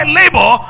labor